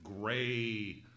gray